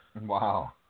Wow